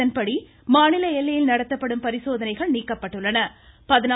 இதன்படி மாநில எல்லையில் நடத்தப்படும் பரிசோதனைகள் நீக்கப்பட்டுள்ளன